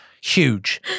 Huge